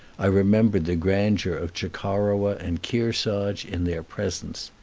i remembered the grandeur of chocorua and kearsarge in their presence.